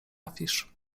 fisz